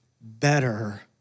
better